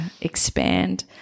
expand